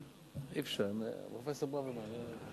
אי-אפשר, פרופסור ברוורמן,